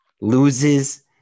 loses